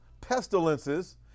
pestilences